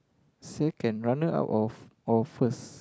second runner up of or first